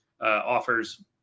offers